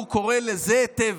הוא קורא לזה טבח.